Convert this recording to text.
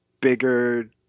bigger